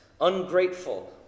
ungrateful